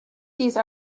these